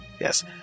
yes